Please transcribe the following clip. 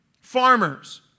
farmers